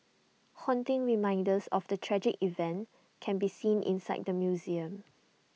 haunting reminders of the tragic event can be seen inside the museum